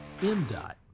MDOT